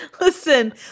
listen